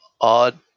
odd